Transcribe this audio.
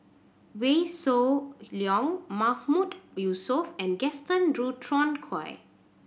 Wee Shoo Leong Mahmood Yusof and Gaston Dutronquoy